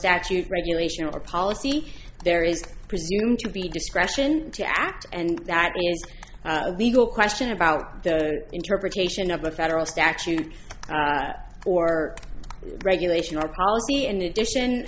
statute regulation or policy there is presumed to be discretion to act and that legal question about the interpretation of the federal statute or regulation or policy in addition